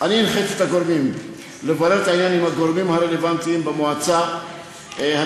אני הנחיתי את הגורמים לברר את העניין עם הגורמים הרלוונטיים במועצה הדתית